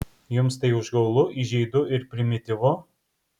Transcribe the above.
jums tai užgaulu įžeidu ir primityvu